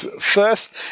first